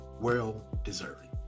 well-deserved